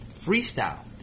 freestyle